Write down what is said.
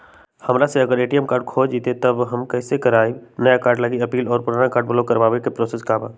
हमरा से अगर ए.टी.एम कार्ड खो जतई तब हम कईसे करवाई नया कार्ड लागी अपील और पुराना कार्ड ब्लॉक करावे के प्रोसेस का बा?